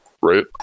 right